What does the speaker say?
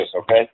okay